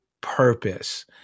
purpose